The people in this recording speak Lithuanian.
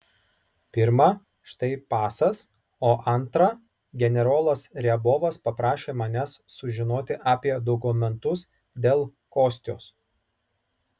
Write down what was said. pirma štai pasas o antra generolas riabovas paprašė manęs sužinoti apie dokumentus dėl kostios